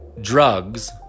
drugs